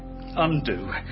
undo